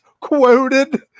quoted